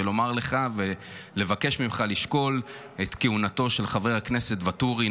ולומר לך ולבקש ממך לשקול את כהונתו של חבר הכנסת ואטורי,